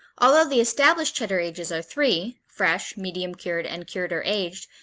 although the established cheddar ages are three, fresh, medium-cured, and cured or aged,